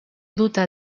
duta